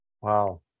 Wow